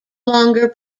longer